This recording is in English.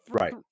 Right